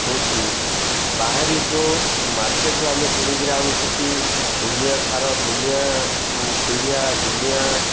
ହେଉଛି ବାହାରେ ଯୋଉ ମାର୍କେଟ୍ରୁ ଆମେ କିଣିକିରି ଆଣୁଛନ୍ତି ଦୁନିଆ ସାର ଦୁନିଆ ପିଢ଼ିଆ ଦୁନିଆଁ